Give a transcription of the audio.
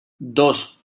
dos